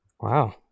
wow